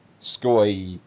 sky